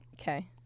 Okay